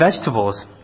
vegetables